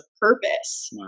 purpose